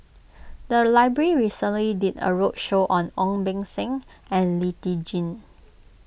the library recently did a roadshow on Ong Beng Seng and Lee Tjin